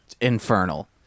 infernal